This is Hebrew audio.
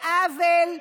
זה עוול,